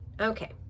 Okay